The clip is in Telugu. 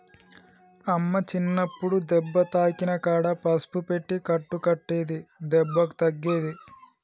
అమ్మ చిన్నప్పుడు దెబ్బ తాకిన కాడ పసుపు పెట్టి కట్టు కట్టేది దెబ్బకు తగ్గేది